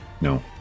No